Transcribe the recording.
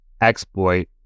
exploit